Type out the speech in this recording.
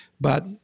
but-